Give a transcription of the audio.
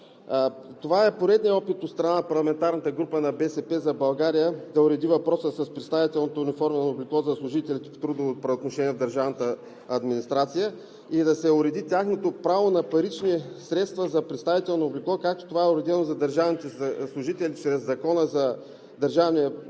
Това е поредният опит от страна на парламентарната група на „БСП за България“ да уреди въпроса с представителното униформено облекло за служителите по трудово правоотношение в държавната администрация и да се уреди тяхното право на парични средства за представително облекло, както това е уредено за държавните служители чрез Закона за държавния служител.